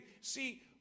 see